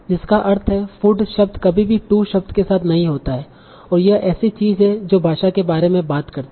जिसका अर्थ है food शब्द कभी भी to शब्द के बाद नहीं होता है और यह ऐसी चीज है जो भाषा के बारे में बात करती है